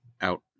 out